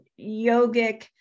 yogic